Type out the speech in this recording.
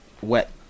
wet